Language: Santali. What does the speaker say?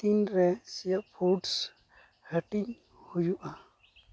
ᱛᱤᱱᱨᱮ ᱥᱤᱯᱷᱩᱰᱥ ᱦᱟᱹᱴᱤᱧ ᱦᱩᱭᱩᱜᱼᱟ